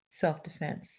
self-defense